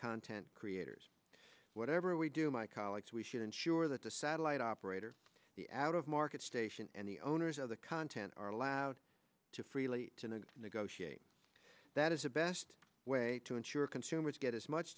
content creators whatever we do my colleagues we should ensure that the satellite operator out of market station and the owners of the content are allowed to freely negotiate that is the best way to ensure consumers get as much